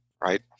right